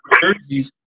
jerseys